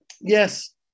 yes